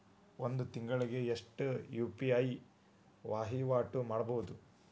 ಒಂದ್ ತಿಂಗಳಿಗೆ ಎಷ್ಟ ಯು.ಪಿ.ಐ ವಹಿವಾಟ ಮಾಡಬೋದು?